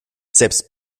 selbst